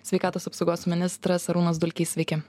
sveikatos apsaugos ministras arūnas dulkys sveiki